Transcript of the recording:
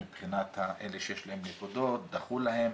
מבחינת אלה שיש להם נקודות, דחו להם.